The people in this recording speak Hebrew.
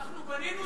אנחנו בנינו שם.